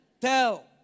tell